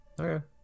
Okay